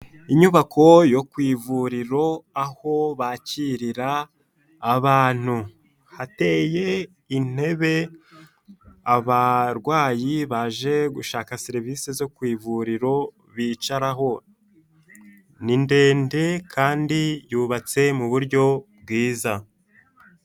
Inyubako yo ku ivuriro aho bakirira abantu, hateye intebe abarwayi baje gushaka serivise zo ku ivuriro bicaraho, ni ndende kandi yubatse mu buryo bwiza.